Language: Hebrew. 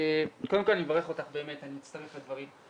קודם כל אני מברך אותך באמת, אני מצטרף לדברים.